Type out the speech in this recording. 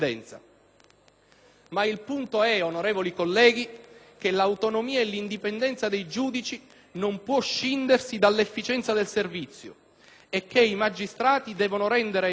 Ma il punto è, onorevoli colleghi, che l'autonomia e l'indipendenza dei giudici non possono scindersi dall'efficienza del servizio che i magistrati devono rendere ai cittadini